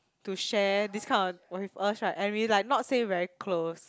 to share this kind of with us right and we like not say very close